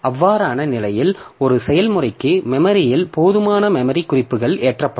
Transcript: அவ்வாறான நிலையில் ஒரு செயல்முறைக்கு மெமரியில் போதுமான மெமரி குறிப்புகள் ஏற்றப்படும்